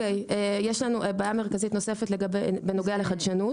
יש בעיה מרכזית נוספת בנוגע לחדשנות.